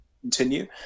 continue